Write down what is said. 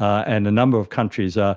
and a number of countries are